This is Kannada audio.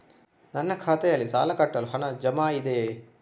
ನನ್ನ ಖಾತೆಯಲ್ಲಿ ಸಾಲ ಕಟ್ಟಲು ಹಣ ಜಮಾ ಇದೆಯೇ?